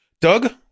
Doug